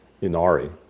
Inari